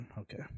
Okay